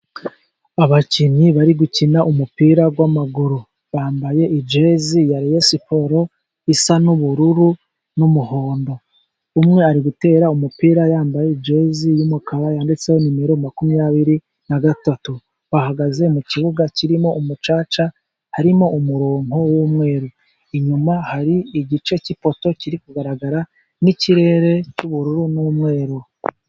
Abakinnyi bari gukina umupira w'amaguru, bambaye ijezi ya reyo siporo isa n'ubururu n'umuhondo, umwe ari gutera umupira yambaye jezi y'umukara yanditseho nimero makumyabiri na gatatu, bahagaze mu kibuga kirimo umucaca harimo umurongo w'umweru, inyuma hari igice cy'ipoto kiri kugaragara n'ikirere cy'ubururu n'umweru.